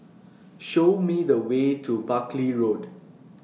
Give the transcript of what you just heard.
Show Me The Way to Buckley Road